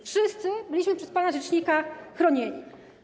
Wszyscy byliśmy przez pana rzecznika chronieni.